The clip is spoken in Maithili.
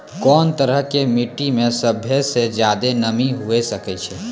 कोन तरहो के मट्टी मे सभ्भे से ज्यादे नमी हुये सकै छै?